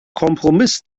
kompromiss